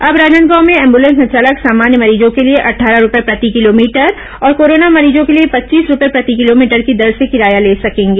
अब राजनादगांव में एम्बलेंस संचालक सामान्य मरीजों के लिए अट्टठारह रूपए प्रति किलोमीटर और कोरोना मरीजों के लिए पच्चीस रूपए प्रति किलोमीटर की दर से किराया ले सकेंगे